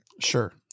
Sure